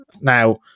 Now